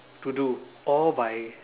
to do all by